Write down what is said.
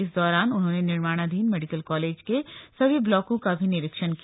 इस दौरान उन्होने निर्माणाधीन मेडिकल कालेज के सभी ब्लॉको का भी निरीक्षण किया